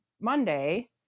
Monday